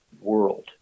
world